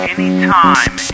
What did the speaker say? Anytime